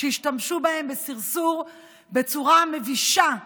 שישתמשו בהן לסרסור בצורה מבישה ממש,